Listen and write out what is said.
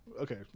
Okay